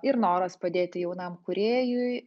ir noras padėti jaunam kūrėjui